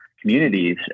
communities